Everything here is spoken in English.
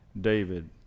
David